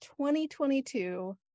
2022